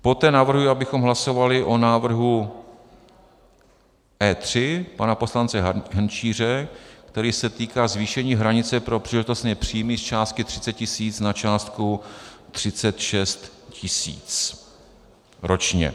Poté navrhuji, abychom hlasovali o návrhu E3 pana poslance Hrnčíře, který se týká zvýšení hranice pro příležitostné příjmy z částky 30 tisíc na částku 36 tisíc ročně.